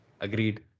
Agreed